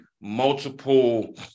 multiple